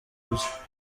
bye